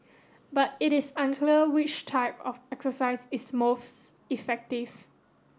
but it is unclear which type of exercise is most effective